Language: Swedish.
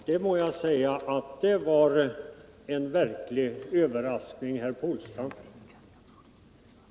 Herr talman! Det må jag säga var en verklig överraskning, herr Polstam.